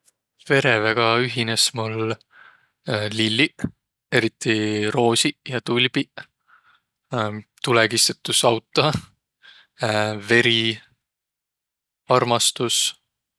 Vereväga ühines mul lilliq, eriti roosiq ja tulbiq. Tulõkistutusauto veri, armastus.